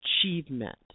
achievement